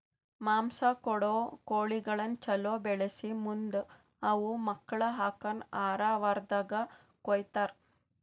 ಮಾಂಸ ಕೊಡೋ ಕೋಳಿಗಳನ್ನ ಛಲೋ ಬೆಳಿಸಿ ಮುಂದ್ ಅವು ಮಕ್ಕುಳ ಹಾಕನ್ ಆರ ವಾರ್ದಾಗ ಕೊಯ್ತಾರ